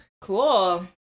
Cool